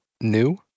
new